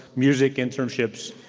music internships,